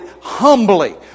humbly